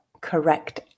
correct